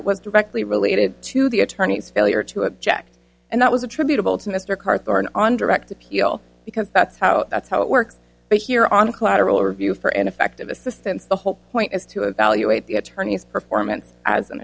directly related to the attorney's failure to object and that was attributable to mr karr thorne on direct appeal because that's how that's how it works but here on collateral review for ineffective assistance the whole point is to evaluate the attorney's performance as an